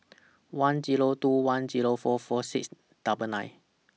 one Zero two one Zero four four six double nine